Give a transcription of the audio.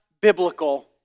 biblical